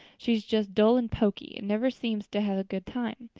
she is just dull and poky and never seems to have a good time.